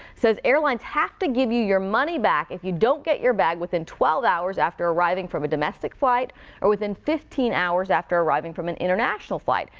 says airlines have to give you your money back if you don't get your bag within twelve hours after arriving from a domestic flight or within fifteen hours after arriving from an international flight.